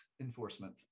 enforcement